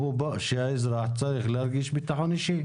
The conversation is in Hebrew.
שהאזרח צריך להרגיש ביטחון אישי.